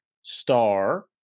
star